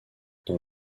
dans